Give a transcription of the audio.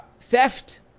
theft